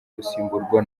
gusimburwa